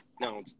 No